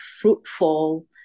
fruitful